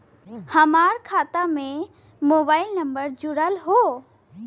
हमार खाता में मोबाइल नम्बर जुड़ल हो?